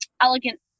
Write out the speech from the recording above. elegant